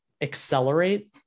accelerate